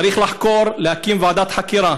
צריך לחקור, להקים ועדת חקירה